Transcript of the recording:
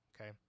Okay